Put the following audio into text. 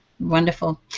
Wonderful